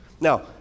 Now